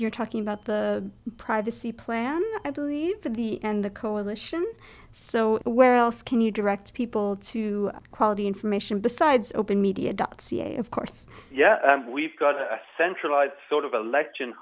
you're talking about the privacy plan i believe that the and the coalition so where else can you direct people to quality information besides open media dot ca of course yeah we've got a centralized sort of elect